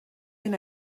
been